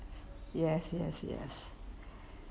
yes yes yes